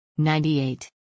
98